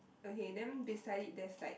okay then beside it there's like